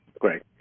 Great